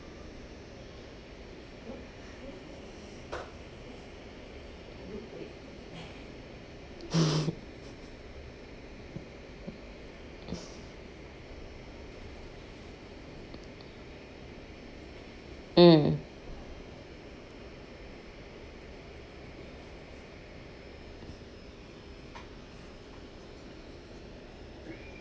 mm